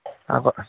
আগত